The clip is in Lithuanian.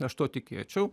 tai aš tuo tikėčiau